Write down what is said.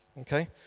Okay